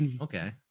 Okay